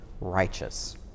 righteous